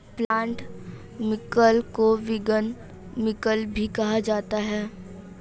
plant milk को vegan milk भी कहा जाता है